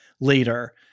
later